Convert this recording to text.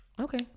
okay